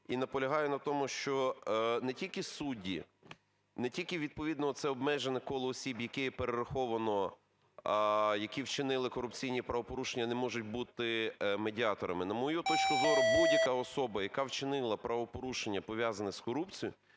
І наполягаю на тому, що не тільки судді, не тільки відповідно оце обмежене коло осіб, яке є перераховано, які вчинили корупційні правопорушення, не можуть бути медіаторами. На мою точку зору, будь-яка особа, яка вчинила правопорушення, пов'язане з корупцією,